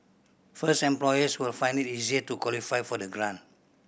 first employers will find it easier to qualify for the grant